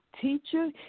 teacher